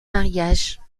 mariage